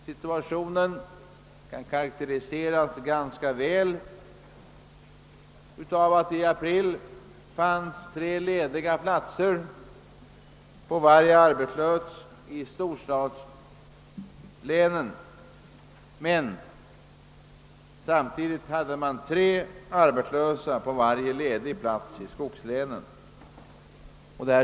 Situationen karakteriseras ganska väl av att det i april fanns tre lediga platser på varje arbetslös i storstadslänen men tre arbetslösa på varje ledig plats i skogslänen.